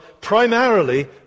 primarily